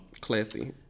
Classy